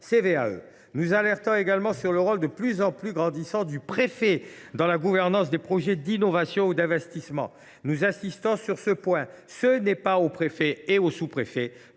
Nous alertons également sur le rôle sans cesse croissant du préfet dans la gouvernance des projets d’innovation ou d’investissement. Nous insistons sur ce point : ce n’est ni aux préfets ni aux sous préfets